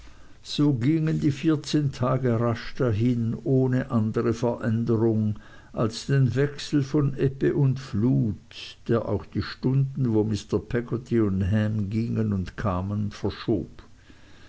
so gingen die vierzehn tage rasch dahin ohne andere veränderung als den wechsel von ebbe und flut der auch die stunden wo mr peggotty und ham gingen und kamen verschob